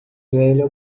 velha